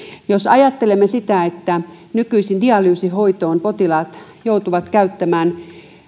jos ajattelemme sitä että nykyisin dialyysihoitoon potilaat joutuvat käyttämään